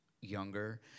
younger